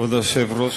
כבוד היושב-ראש,